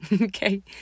okay